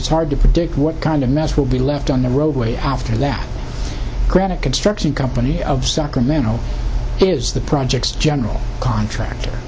it's hard to predict what kind of mess will be left on the roadway after that granite construction company of sacramento is the project's general contractor